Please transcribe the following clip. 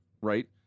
right